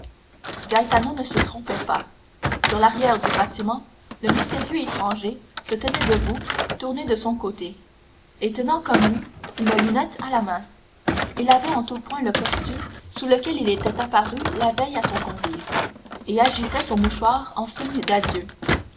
ne se trompait pas sur l'arrière du bâtiment le mystérieux étranger se tenait debout tourné de son côté et tenant comme lui une lunette à la main il avait en tout point le costume sous lequel il était apparu la veille à son convive et agitait son mouchoir en signe d'adieu